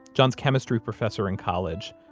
john's chemistry professor in college,